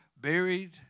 buried